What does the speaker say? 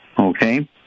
okay